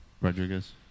Rodriguez